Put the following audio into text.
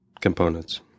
components